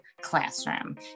classroom